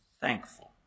thankful